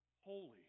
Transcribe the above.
holy